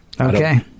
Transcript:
Okay